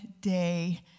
day